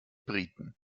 briten